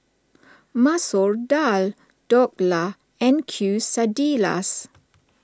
Masoor Dal Dhokla and Quesadillas